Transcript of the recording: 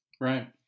right